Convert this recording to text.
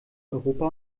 europa